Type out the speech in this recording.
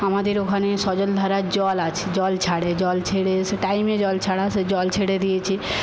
আমাদের ওখানে সজলধারার জল আছে জল ছাড়ে জল ছেড়ে এসে টাইমে জল ছাড়া সেই জল ছেড়ে দিয়েছি